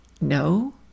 No